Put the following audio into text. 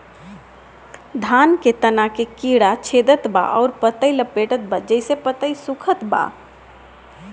धान के तना के कीड़ा छेदत बा अउर पतई लपेटतबा जेसे पतई सूखत बा?